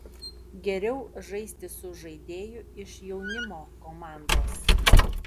geriau žaisti su žaidėju iš jaunimo komandos